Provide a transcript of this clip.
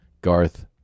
Garth